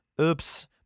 Oops